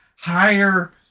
higher